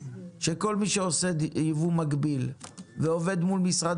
שכל מי שעושה יבוא מקביל ועובד מול משרד